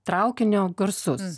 traukinio garsus